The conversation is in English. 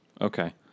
Okay